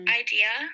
idea